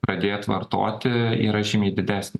pradėt vartoti yra žymiai didesnė